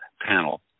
panel